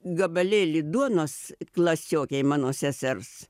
gabalėlį duonos klasiokei mano sesers